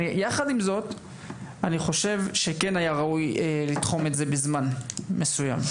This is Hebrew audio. יחד עם זאת אני חושב שכן היה ראוי לתחום את זה בזמן מסוים.